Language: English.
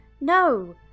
no